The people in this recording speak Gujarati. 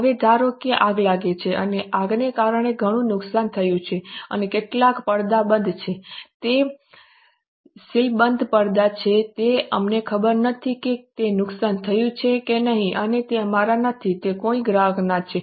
હવે ધારો કે આગ લાગે છે અને આગને કારણે ઘણું નુકસાન થયું છે અને કેટલાક પડદા બંધ છે તે સીલબંધ પડદા છે તે અમને ખબર નથી કે તે નુકસાન થયું છે કે નહીં અને તે અમારા નથી તે કોઈ ગ્રાહકના છે